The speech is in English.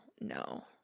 no